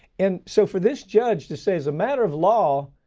and so for this judge to say as a matter of law,